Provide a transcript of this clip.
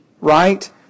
right